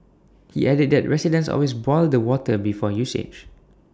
he added that residents always boil the water before usage